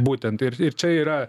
būtent ir ir čia yra